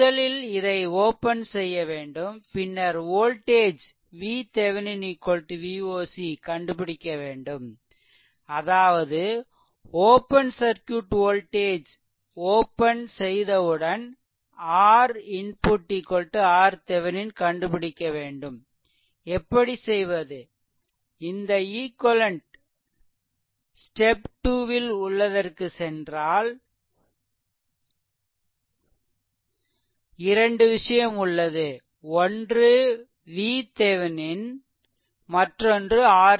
முதலில் இதை ஓப்பன் செய்யவேண்டும் பின்னர் வோல்டேஜ் VThevenin Voc கண்டுபிடிக்கவேண்டும் அதாவது ஓப்பன் சர்க்யூட் வோல்டேஜ் ஓப்பன் செய்தவுடன் R input RThevenin கண்டுபிடிக்கவேண்டும் எப்படி செய்வது இந்த ஈக்வெலென்ட் ஸ்டெப் 2 ல் உள்ளதற்கு சென்றால் இரண்டு விஷயம் உள்ளது ஒன்று VThevenin மற்றொன்று RThevenin